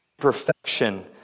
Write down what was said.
perfection